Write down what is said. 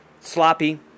sloppy